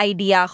Idea